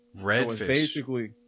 Redfish